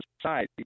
society